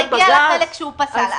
היא כבר הגיעה לחלק שהוא פסל.